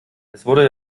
wurde